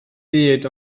byd